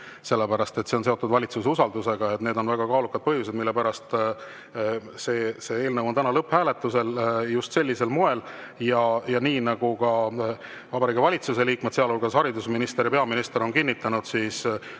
see [eelnõu] on seotud valitsuse usaldamisega. Need on väga kaalukad põhjused, mille pärast see eelnõu on täna lõpphääletusel just sellisel moel. Nii nagu ka Vabariigi Valitsuse liikmed, sealhulgas haridusminister ja peaminister, on kinnitanud, see